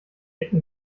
ecken